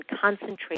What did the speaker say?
concentrate